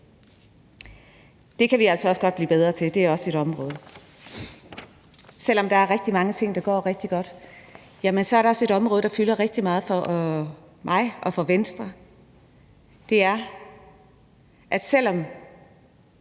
Det kan vi altså godt blive bedre til, det er også et område. Selv om der er rigtig mange ting, der går rigtig godt, så er der også et område, der fylder rigtig meget for mig og for Venstre. Vi er et af